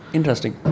Interesting